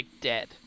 dead